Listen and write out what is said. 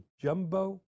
jumbo